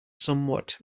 somewhat